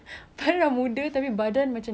so I think I would prefer